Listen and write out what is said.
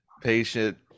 patient